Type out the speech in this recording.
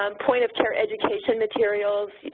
um point of care education materials,